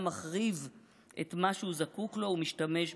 מחריב את מה שהוא זקוק לו ומשתמש בו.